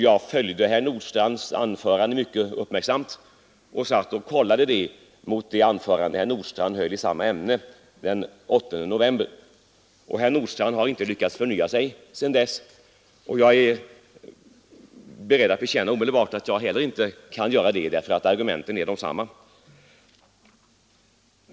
Jag följde herr Nordstrandhs anförande i dag mycket uppmärksamt och satt och kollade det mot hans anförande i samma ämne den 8 november. Herr Nordstrandh har inte lyckats förnya sig sedan dess; och jag är beredd att omedelbart bekänna att jag heller inte kan göra det därför att argumenten är desamma.